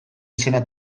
izena